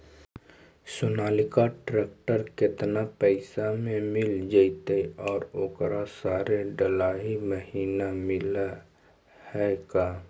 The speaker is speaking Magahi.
सोनालिका ट्रेक्टर केतना पैसा में मिल जइतै और ओकरा सारे डलाहि महिना मिलअ है का?